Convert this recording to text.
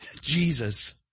Jesus